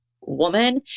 woman